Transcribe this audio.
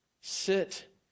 Sit